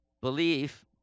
belief